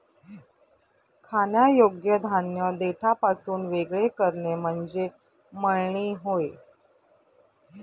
खाण्यायोग्य धान्य देठापासून वेगळे करणे म्हणजे मळणी होय